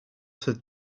cette